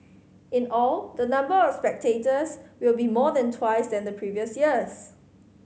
in all the number of spectators will be more than twice then the previous years